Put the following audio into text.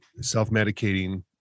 self-medicating